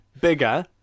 bigger